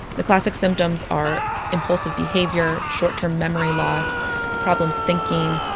the classic symptoms are impulsive behavior, short-term memory loss problems thinking,